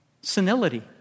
Senility